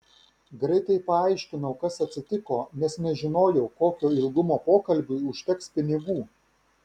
greitai paaiškinau kas atsitiko nes nežinojau kokio ilgumo pokalbiui užteks pinigų